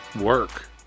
work